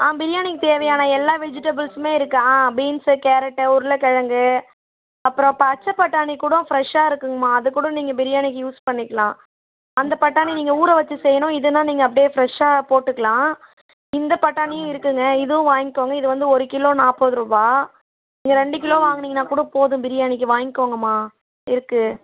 ஆ பிரியாணிக்கு தேவையான எல்லா வெஜிடபிள்ஸுமே இருக்கு ஆ பீன்ஸு கேரட்டு உருளைக்கெழங்கு அப்புறம் பச்சைப்பட்டாணி கூடம் ஃப்ரெஷ்ஷாக இருக்குங்கம்மா அதுக்கூட நீங்கள் பிரியாணிக்கு யூஸ் பண்ணிக்கலாம் அந்த பட்டாணி நீங்கள் ஊரவச்சு செய்யணும் இதுன்னா நீங்கள் அப்படியே ஃப்ரெஷ்ஷாக போட்டுக்கலாம் இந்த பட்டாணியும் இருக்குங்க இதுவும் வாங்கிக்கோங்க இது வந்து ஒரு கிலோ நாற்பதுருபா நீங்கள் ரெண்டு கிலோ வாங்குனீங்கன்னா கூட போதும் பிரியாணிக்கு வாங்கிக்கோங்கம்மா இருக்கு